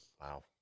Wow